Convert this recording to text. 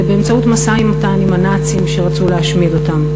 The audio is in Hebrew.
באמצעות משא-ומתן עם הנאצים שרצו להשמיד אותם.